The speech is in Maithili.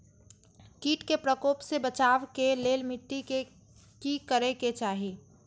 किट के प्रकोप से बचाव के लेल मिटी के कि करे के चाही?